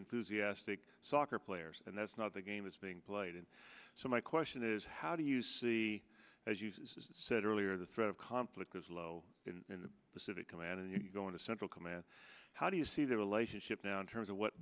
enthusiastic soccer players and that's not the game is being played and so my question is how do you see as you said earlier the threat of conflict is low in the pacific command and you're going to central command how do you see the relationship now in terms of what